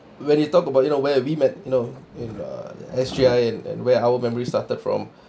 when you talk about you know where we met you know in the S_G_I_N when our memory started from